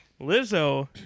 Lizzo